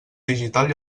digital